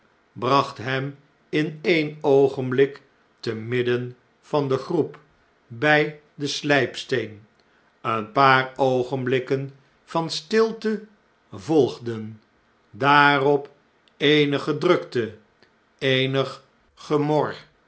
bracht hem in een oogenblik te midden van de groep bij den sln'psteen een paar oogenblikken van stilte volgden daarop eenige drukte eenig gemor